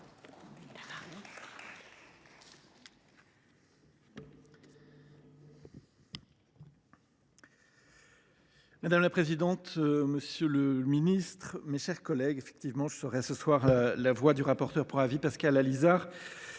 Madame la présidente, monsieur le ministre, mes chers collègues, je serai ce soir la voix du rapporteur pour avis Pascal Allizard,